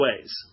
ways